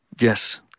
Yes